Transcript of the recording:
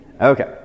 Okay